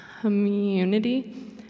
community